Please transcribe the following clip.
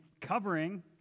covering